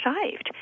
saved